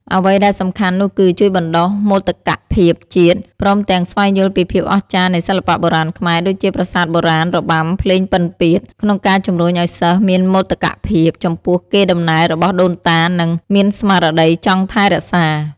អ្វីដែលសំខាន់នោះគឺ ជួយបណ្ដុះមោទកភាពជាតិ ព្រមទាំងស្វែងយល់ពីភាពអស្ចារ្យនៃសិល្បៈបុរាណខ្មែរ ដូចជាប្រាសាទបុរាណ របាំ ភ្លេងពិណពាទ្យ ក្នុងការជម្រុញអោយសិស្សមានមោទកភាពចំពោះកេរដំណែលរបស់ដូនតា និងមានស្មារតីចង់ថែរក្សា។